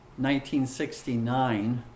1969